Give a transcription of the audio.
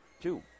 two